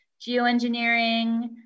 geoengineering